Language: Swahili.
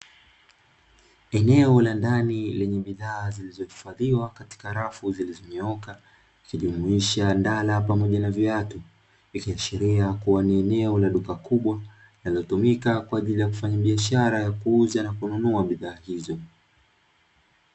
Eneo la ndani lenye bidhaa zilizohifadhiwa katika rafu zilizonyooka likijumuisha, ndala pamoja na viatu, likiashiria kuwa ni eneo la duka kubwa linalotumika kwa ajili ya kufanya biashara ya kuuza na kununua bidhaa hizo.